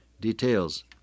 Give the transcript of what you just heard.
details